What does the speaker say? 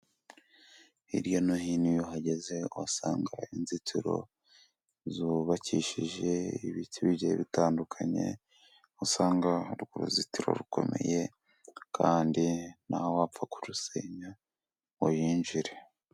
Hirya no hino iyo uhageze uhasanga inzitiro zubakishije ibiti bigiye bitandukanye, usanga urwo ruzitiro rukomeye, kandi nta wapfa kurusenya ngo yinjire.